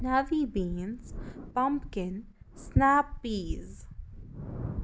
navy beans pumpkin snap پیٖز